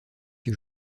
que